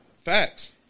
Facts